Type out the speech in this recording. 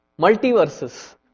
Multiverses